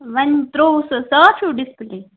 وۅنۍ ترٛووہوس حظ صاف ہیٛوٗ ڈِسپٕلے